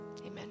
Amen